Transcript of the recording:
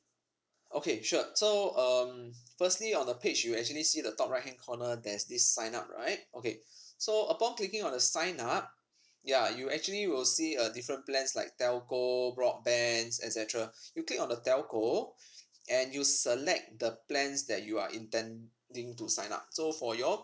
okay sure so um firstly on the page you'll actually see the top right hand corner there's this sign up right okay so upon clicking on the sign up ya you actually will see a different plans like telco broadbands etcetera you click on the telco and you select the plans that you are intending to sign up so for your